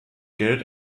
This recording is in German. geld